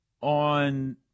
on